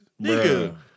Nigga